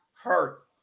hurt